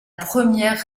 première